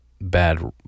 bad